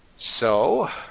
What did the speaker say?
so